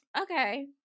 Okay